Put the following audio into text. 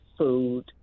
food